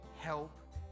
help